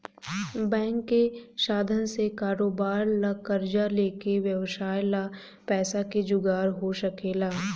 bank के साधन से कारोबार ला कर्जा लेके व्यवसाय ला पैसा के जुगार हो सकेला